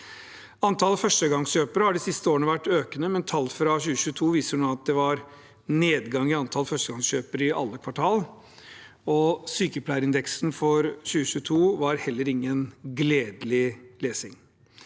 Antallet førstegangskjøpere har de siste årene vært økende, men tall fra 2022 viser at det var nedgang i antall førstegangskjøpere i alle kvartalene. Sykepleierindeksen for 2022 var heller ingen gledelig lesning.